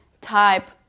type